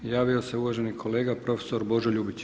Javio se uvaženi kolega profesor Božo Ljubić.